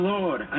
Lord